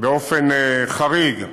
באופן חריג,